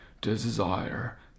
desire